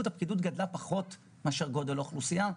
רואים שהפקידות גדלה פחות ביחס לגידול באוכלוסייה.